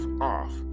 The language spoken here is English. off